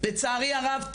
לצערי הרב,